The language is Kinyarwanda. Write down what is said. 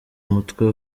mutwe